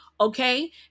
Okay